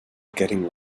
getting